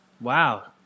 wow